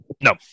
No